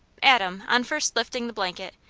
adam, on first lifting the blanket,